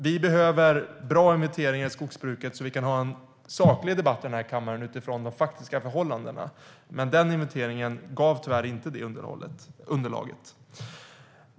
Vi behöver bra inventeringar i skogsbruket, så att vi kan ha en saklig debatt i den här kammaren utifrån de faktiska förhållandena. Men den inventeringen gav tyvärr inte det underlaget.